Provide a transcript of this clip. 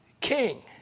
king